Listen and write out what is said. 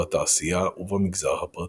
בתעשייה ובמגזר הפרטי.